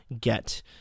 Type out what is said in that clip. get